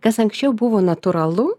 kas anksčiau buvo natūralu